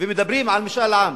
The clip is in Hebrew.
ומדברים על משאל עם?